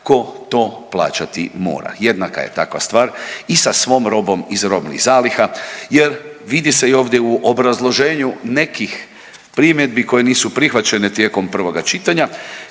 ko to plaćati mora. Jednaka je takva stvar i sa svom robom iz robnih zaliha jer vidi se i ovdje u obrazloženju nekih primjedbi koje nisu prihvaćene tijekom prvoga čitanja